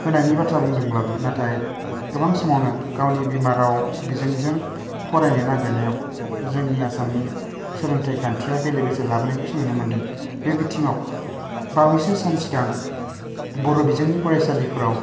होनायनि बाथ्रा बुंदोंब्लाबो नाथाय गोबां समावनो गावनि बिमा राव बिजोंजों फरायनो नागिरनायाव जोंनि आसामनि सोलोंथाइ खान्थिया बेले बेजे लाबोनायखौसो नुनो मोनदों बे बिथिङाव बावैसो सान सिगां बर' बिजोंनि फरायसालिफोराव